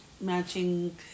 matching